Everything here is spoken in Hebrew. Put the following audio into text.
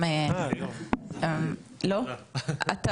אתה מוותר, טוב.